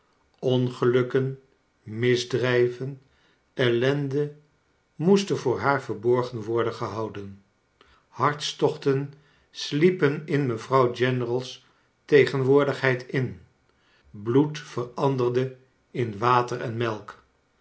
ongelukken misdrijven ellende moesten voor haar verborgen worden gehouden hartstochten sliepen in mevrouw general's tegenwoorheid in bloed veranderde in water en melk